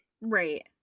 Right